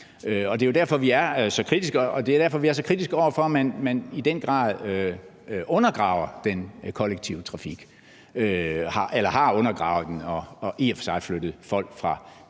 og det er derfor, at vi er så kritiske over for, at man i den grad undergraver den kollektive trafik – eller har undergravet den og i og for sig har flyttet folk fra